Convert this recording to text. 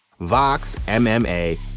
VOXMMA